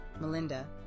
Melinda